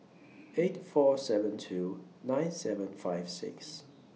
eight four seven two nine seven five six